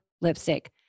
lipstick